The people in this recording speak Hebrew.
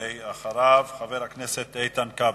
ואחריו, חבר הכנסת איתן כבל.